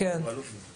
בן ארי (יו"ר ועדת ביטחון הפנים):